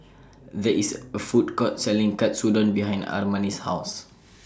There IS A Food Court Selling Katsudon behind Armani's House